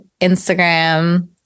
Instagram